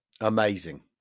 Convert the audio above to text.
Amazing